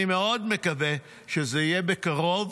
אני מאוד מקווה שזה יהיה בקרוב,